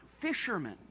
fishermen